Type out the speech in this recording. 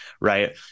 right